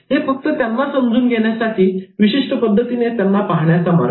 हे फक्त त्यांना समजून घेण्यासाठी विशिष्ट पद्धतीने त्यांना पाहण्याचा मार्ग